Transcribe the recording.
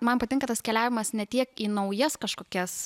man patinka tas keliavimas ne tiek į naujas kažkokias